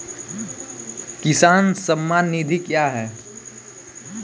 किसान सम्मान निधि क्या हैं?